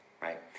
right